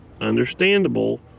understandable